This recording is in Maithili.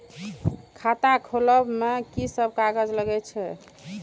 खाता खोलब में की सब कागज लगे छै?